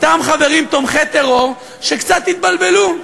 אותם חברים תומכי טרור שקצת התבלבלו: